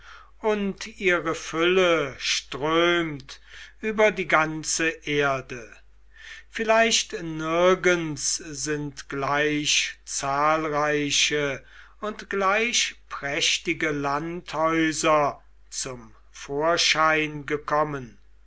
und ihre fülle strömt über die ganze erde vielleicht nirgends sind gleich zahlreiche und gleich prächtige landhäuser zum vorschein gekommen